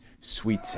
sweet